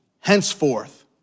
henceforth